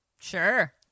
Sure